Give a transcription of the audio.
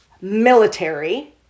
military